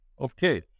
okay